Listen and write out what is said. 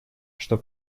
что